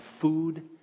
food